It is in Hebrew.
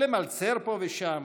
למלצר פה ושם,